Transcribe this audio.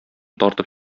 тартып